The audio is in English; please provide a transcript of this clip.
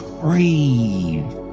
crave